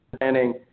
planning